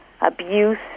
abuse